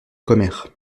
commères